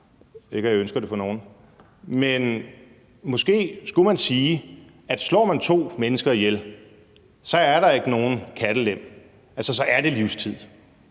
ikke at jeg ønsker det for nogen. Men måske skulle vi sige, at slår man to mennesker ihjel, så er der ikke nogen kattelem – altså, så er det livstid.